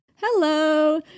Hello